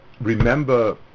remember